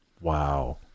Wow